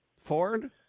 Ford